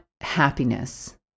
happiness